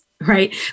Right